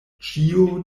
ĉio